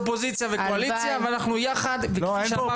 אופוזיציה וקואליציה ואנחנו יחד וכפי שאמרתי --- לא,